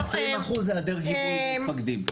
20% העדר גיבוי מהמפקדים.